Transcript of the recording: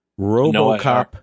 Robocop